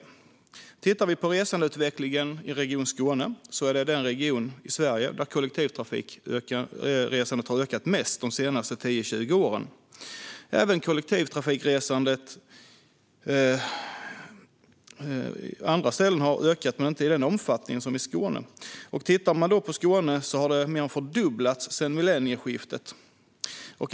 Om vi tittar på resandeutvecklingen i Region Skåne ser vi att det är den region i Sverige där kollektivtrafikresandet har ökat mest de senaste tio tjugo åren. Kollektivtrafikresandet har ökat även på andra ställen, men inte i samma omfattning som i Skåne, där det har mer än fördubblats sedan millennieskiftet.